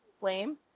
Blame